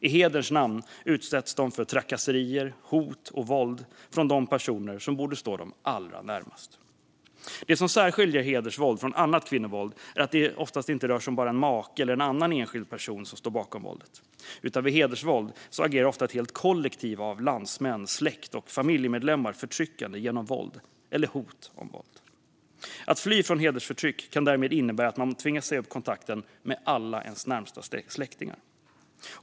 I hederns namn utsätts de för trakasserier, hot och våld från de personer som borde stå dem allra närmast. Det som särskiljer hedersvåld från annat kvinnovåld är att det oftast inte rör sig om en make eller annan enskild person som står bakom våldet. Vid hedersvåld agerar ofta ett helt kollektiv av landsmän, släkt och familjemedlemmar förtryckande genom våld eller hot om våld. Att fly från hedersförtryck kan därmed innebära att man tvingas säga upp kontakten med alla sina närmaste släktingar.